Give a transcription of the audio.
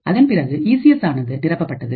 அதன்பிறகு E C S ஆனது நிரப்பப்பட்டது